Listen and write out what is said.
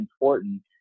important